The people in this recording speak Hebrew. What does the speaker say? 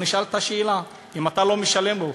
נשאל את השאלה אם אתה לא משלם לו,